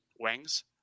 wings